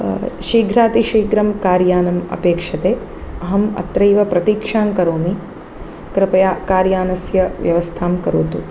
शीघ्रातिशीघ्रं कार्यानम् अपेक्षते अहम् अत्रैव प्रतीक्षां करोमि कृपया कार्यानस्य व्यवस्थां करोतु